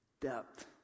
depth